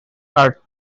are